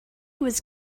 was